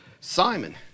Simon